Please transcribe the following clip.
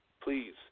please